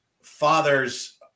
fathers